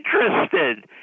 interested